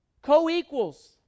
Co-equals